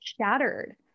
shattered